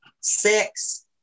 six